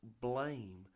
blame